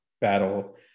battle